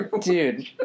Dude